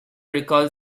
recalls